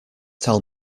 tell